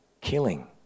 Killing